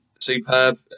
superb